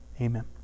amen